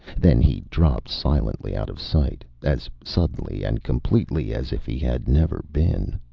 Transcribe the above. then he dropped silently out of sight, as suddenly and completely as if he had never been.